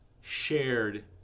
shared